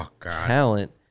talent